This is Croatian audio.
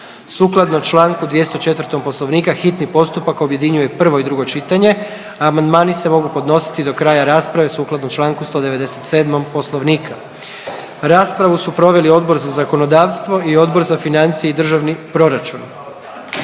Sukladno čl. 204. poslovnika hitni postupak objedinjuje prvo i drugo čitanje, a amandmani se mogu podnositi do kraja rasprave sukladno čl. 197. poslovnika. Raspravu su proveli Odbor za zakonodavstvo i Odbor za financije i državni proračun.